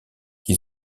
qui